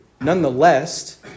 Nonetheless